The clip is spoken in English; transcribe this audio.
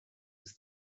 was